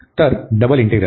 तर double integral